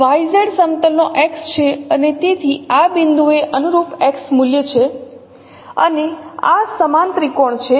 તેથીઆ YZ સમતલનો X છે અને તેથી આ બિંદુએ અનુરૂપ x મૂલ્ય છે અને આ સમાન ત્રિકોણ છે